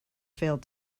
failed